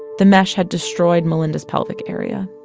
the mesh had destroyed melynda's pelvic area.